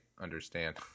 understand